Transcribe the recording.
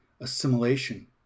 assimilation